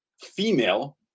female